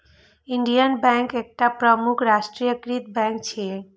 Indian bank एकटा प्रमुख राष्ट्रीयकृत बैंक छियै